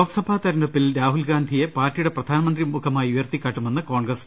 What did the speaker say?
ലോക്സഭാ തെരഞ്ഞെടുപ്പിൽ രാഹുൽഗാന്ധിയെ പാർട്ടി യുടെ പ്രധാനമന്ത്രി മുഖമായി ഉയർത്തിക്കാട്ടു മെന്ന് കോൺഗ്രസ്